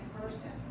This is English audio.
person